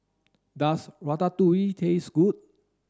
does Ratatouille taste good